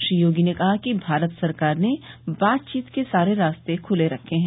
श्री योगी ने कहा कि भारत सरकार ने बातचीत के सारे रास्ते खुले रखे हैं